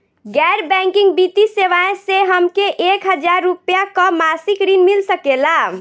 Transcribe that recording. गैर बैंकिंग वित्तीय सेवाएं से हमके एक हज़ार रुपया क मासिक ऋण मिल सकेला?